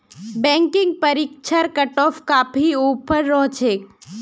banking परीक्षार cutoff काफी ऊपर रह छेक